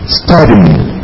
studying